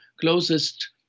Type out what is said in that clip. closest